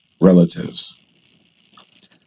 relatives